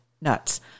nuts